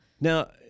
now